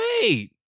wait